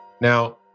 Now